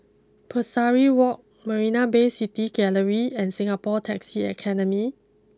Pesari walk Marina Bay City Gallery and Singapore taxi Academy